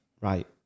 Right